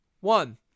one